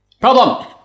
Problem